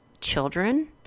children